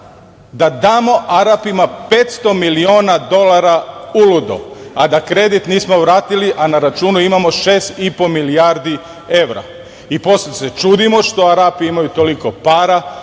da damo Arapima 500 miliona dolara uludo, a da kredit nismo vratili, a na računu imamo šest i po milijardi evra? Posle se čudimo što Arapi imaju toliko para,